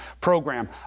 program